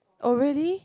oh really